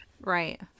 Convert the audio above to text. Right